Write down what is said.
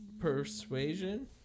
Persuasion